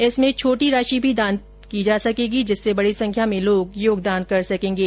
इस कोष में छोटी राशि भी दान दी जा सकेगी जिससे बड़ी संख्या में लोग योगदान कर सकेंगे